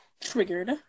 Triggered